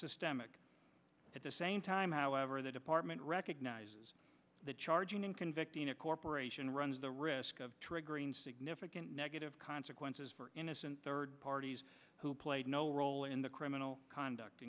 systemic at the same time however the department recognizes that charging in convicting a corporation runs the risk of triggering significant negative consequences for innocent third parties who played no role in the criminal conduct